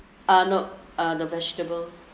uh no uh the vegetable